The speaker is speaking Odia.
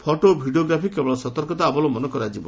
ଫଟୋ ଓ ଭିଡ଼ିଓଗ୍ରାଫି ବେଳେ ସତର୍କତା ଅବଲମ୍ୟନ କରାଯିବ